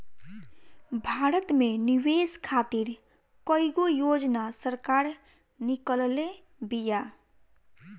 भारत में निवेश खातिर कईगो योजना सरकार निकलले बिया